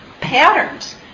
patterns